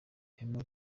ihema